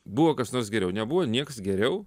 buvo kas nors geriau nebuvo nieks geriau